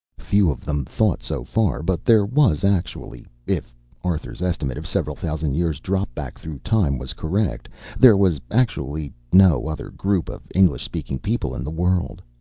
few of them thought so far, but there was actually if arthur's estimate of several thousand years' drop back through time was correct there was actually no other group of english-speaking people in the world.